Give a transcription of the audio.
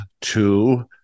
two